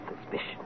suspicion